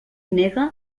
nega